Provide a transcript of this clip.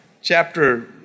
Chapter